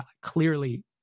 clearly